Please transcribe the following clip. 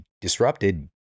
disrupted